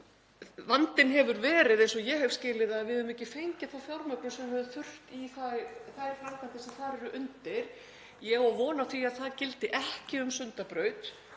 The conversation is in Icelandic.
Vandinn hefur verið, eins og ég hef skilið það, að við höfum ekki fengið þá fjármögnun sem við hefðum þurft í þær framkvæmdir sem þar eru undir. Ég á von á því að það gildi ekki um Sundabraut